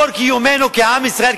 כל קיומנו כעם ישראל,